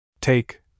Take